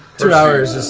two hours,